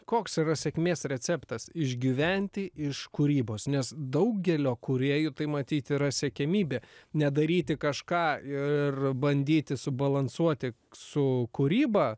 koks yra sėkmės receptas išgyventi iš kūrybos nes daugelio kūrėjų tai matyt yra siekiamybė ne daryti kažką ir bandyti subalansuoti su kūryba